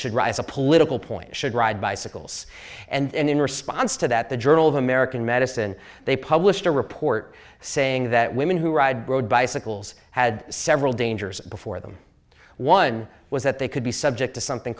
should rise a political point should ride bicycles and in response to that the journal of american medicine they published a report saying that women who ride bicycles had several dangers before them one was that they could be subject to something